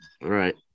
right